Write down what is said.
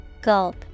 Gulp